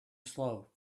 slow